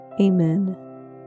Amen